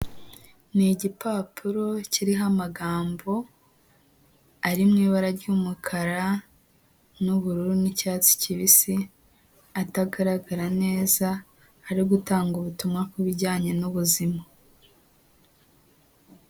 Ni igipapuro kiriho amagambo, ari mu ibara ry'umukara n'ubururu n'icyatsi kibisi, atagaragara neza, ari gutanga ubutumwa ku bijyanye n'ubuzima.